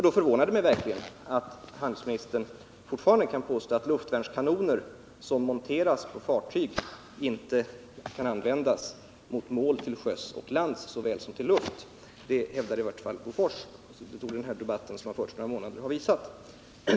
Då förvånar det mig verkligen att handelsministern fortfarande kan påstå att luftvärnskanoner som monteras på fartyg inte kan användas mot mål till sjöss och lands såväl som i luften. Det hävdar i vart fall Bofors, och det torde den debatt som har förts i några månader ha visat.